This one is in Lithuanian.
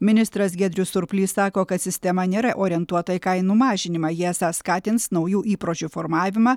ministras giedrius surplys sako kad sistema nėra orientuota į kainų mažinimą jie esą skatins naujų įpročių formavimą